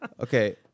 Okay